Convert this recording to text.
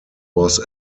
was